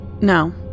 No